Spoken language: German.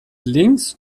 links